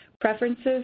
preferences